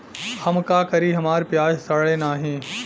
हम का करी हमार प्याज सड़ें नाही?